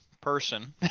person